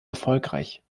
erfolgreich